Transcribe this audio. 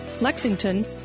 Lexington